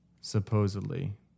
supposedly